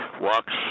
walks